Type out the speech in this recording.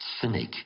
cynic